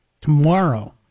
tomorrow